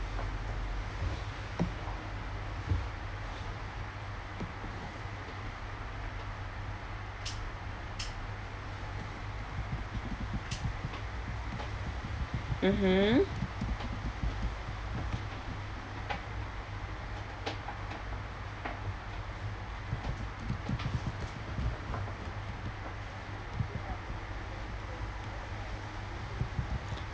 mmhmm